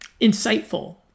insightful